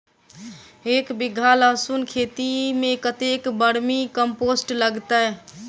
एक बीघा लहसून खेती मे कतेक बर्मी कम्पोस्ट लागतै?